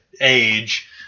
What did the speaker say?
age